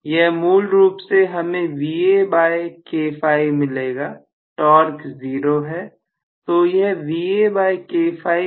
यह मूल रूप से हमें मिलेगा टॉर्क जीरो है